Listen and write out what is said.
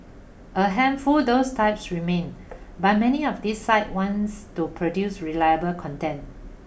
a handful those types remain but many of these sites wants to produce reliable content